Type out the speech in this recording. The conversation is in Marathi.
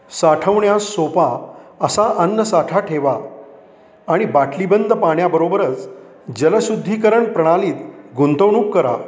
साठवण्यास सोपा असा अन्नसाठा ठेवा आणि बाटलीबंद पाण्याबरोबरच जलशुद्धीकरण प्रणालीत गुंतवणूक करा